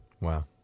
Wow